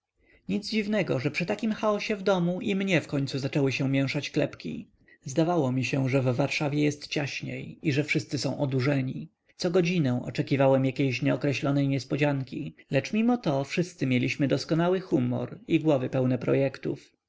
nic dziwnego że przy takim chaosie w domu i mnie wkońcu zaczęły się mięszać klepki zdawało mi się że w warszawie jest ciaśniej i że wszyscy są odurzeni cogodzinę oczekiwałem jakiejś nieokreślonej niespodzianki lecz mimoto wszyscy mieliśmy doskonały humor i głowy pełne projektów